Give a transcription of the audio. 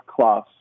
class